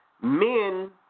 Men